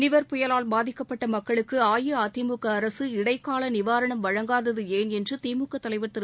நிவர் புயலால் பாதிக்கப்பட்ட மக்களுக்கு அஇஅதிமுக அரசு இடைக்கால நிவாரணம் வழங்காதது ஏன் என்று திமுக தலைவர் திரு